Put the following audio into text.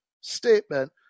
statement